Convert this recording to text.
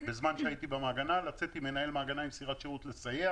בזמן שהייתי במעגנה לצאת עם מנהל מעגנה עם סירת שירות לסייע